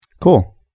Cool